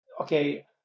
okay